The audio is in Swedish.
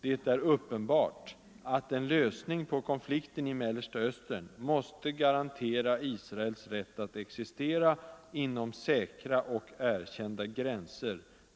Det är uppenbart att en lösning på konflikten i Mellersta Östern måste garantera Israel rätt att existera inom ”säkra” och ”erkända” gränser.